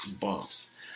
bumps